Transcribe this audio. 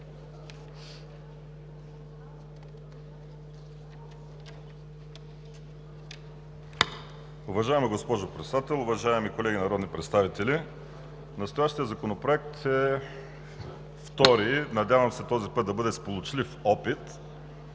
Уважаема госпожо Председател, уважаеми колеги народни представители! Настоящият законопроект е втори, надявам се този път да бъде сполучлив опит